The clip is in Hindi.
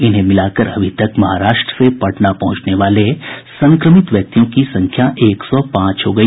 इन्हें मिलाकर अभी तक महाराष्ट्र से पटना पहुंचने वाले संक्रमित व्यक्तियों की संख्या एक सौ पांच हो गई